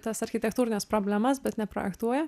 tas architektūrines problemas bet neprojektuoja